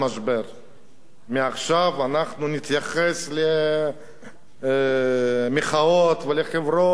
מעכשיו אנחנו נתייחס למחאות ולחברות ולבעיות.